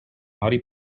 harry